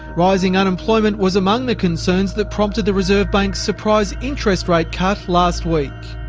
rising unemployment was among the concerns that prompted the reserve bank's surprise interest rate cut last week.